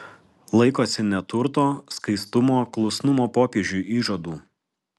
laikosi neturto skaistumo klusnumo popiežiui įžadų